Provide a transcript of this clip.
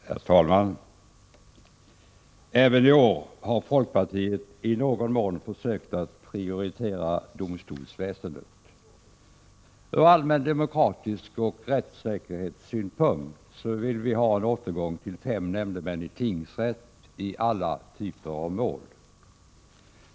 Herr talman! Även i år har folkpartiet i någon mån försökt att prioritera domstolsväsendet. Ur allmän demokratisk och rättssäkerhetssynpunkt vill vi ha en återgång till fem nämndemän i tingsrätt i alla typer av mål.